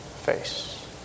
face